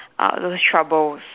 uh those troubles